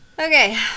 Okay